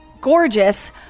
gorgeous